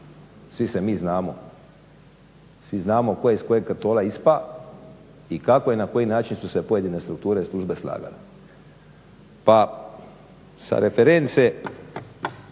svi se mi znamo, svi znamo tko je iz kojeg … ispao i kako i na koji način su se pojedine strukture službe slagale. Pa sa reference